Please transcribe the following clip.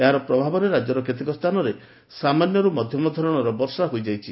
ଏହାର ପ୍ରଭାବରେ ରାଜ୍ୟର କେତେକ ସ୍କାନରେ ସାମାନ୍ୟରୁ ମଧ୍ଧମ ଧରଶର ବର୍ଷା ହୋଇଯାଇଛି